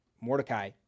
Mordecai